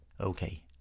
Okay